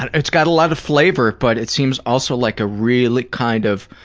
ah it's got a lot of flavor, but it seems also like a really kind of,